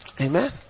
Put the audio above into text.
Amen